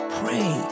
pray